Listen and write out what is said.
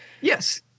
Yes